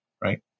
Right